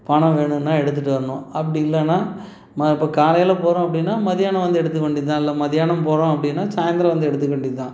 பணம் வேணுனால் எடுத்துகிட்டு வரணும் அப்படி இல்லைனா ம இப்போ காலையில் போகிறோம் அப்படினா மத்தியானம் வந்து எடுத்துக்க வேண்டிதான் இல்லை மத்தியானம் போகிறோம் அப்படினா சாயந்தரம் வந்து எடுத்துக்க வேண்டிதான்